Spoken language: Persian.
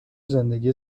زندگی